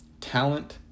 talent